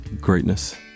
Greatness